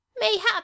mayhap